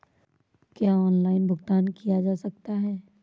क्या ऑनलाइन भुगतान किया जा सकता है?